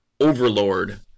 Overlord